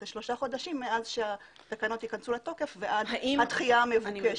זה שלושה חודשים מאז שהתקנות ייכנסו לתוקף ועד הדחייה המבוקשת.